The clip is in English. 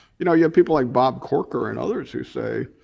you know, you have people like bob corker and others who say,